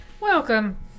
Welcome